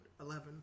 Eleven